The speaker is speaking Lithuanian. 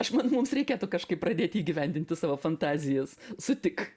aš manau mums reikėtų kažkaip pradėt įgyvendinti savo fantazijas sutik